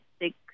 six